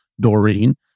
Doreen